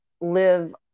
live